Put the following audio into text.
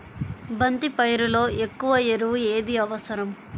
బంతి పైరులో ఎక్కువ ఎరువు ఏది అవసరం?